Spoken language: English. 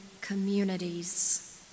communities